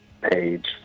page